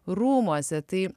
rūmuose tai